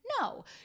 No